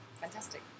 fantastic